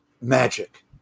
magic